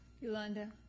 Yolanda